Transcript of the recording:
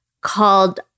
called